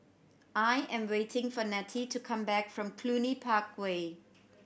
I am waiting for Nettie to come back from Cluny Park Way